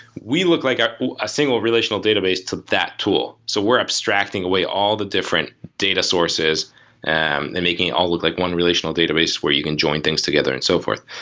we look like a ah single relational database to that tool. so we're abstracting away all the different data sources and and making it all look like one relational database where you can join things together and so forth.